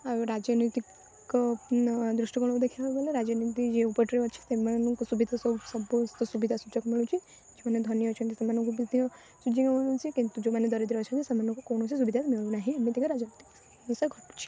ଆଉ ରାଜନୈତିକ ଦୃଷ୍ଟି କୋଣକୁ ଦେଖିବାକୁ ଗଲେ ରାଜନୀତି ଯେଉଁ ପଟରେ ଅଛି ସେମାନଙ୍କୁ ସୁବିଧା ସବୁ ସମସ୍ତ ସୁବିଧା ସୁଯୋଗ ମିଳୁଛି ଯେଉଁମାନେ ଧନୀ ଅଛନ୍ତି ସେମାନଙ୍କୁ ମଧ୍ୟ ସୁଯୋଗ ମିଳୁଛି କିନ୍ତୁ ଯେଉଁମାନେ ଦରିଦ୍ର ଅଛନ୍ତି ସେମାନଙ୍କୁ କୌଣସି ସୁବିଧା ମିଳୁନାହିଁ ଏମିତିକି ରାଜନୀତିକ ଜିନଷ ଘଟୁଛି